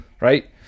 right